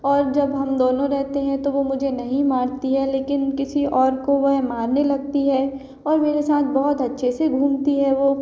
और जब हम दोनों रहते हैं तो वह मुझे नहीं मारती है लेकिन किसी और को वह मारने लगती है और मेरे साथ बहुत अच्छे से घूमती है वह